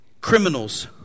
Criminals